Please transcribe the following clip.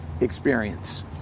experience